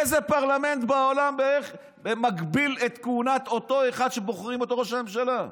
איזה פרלמנט בעולם מגביל את כהונת אותו אחד שבוחרים אותו לראש הממשלה?